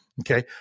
Okay